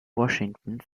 washington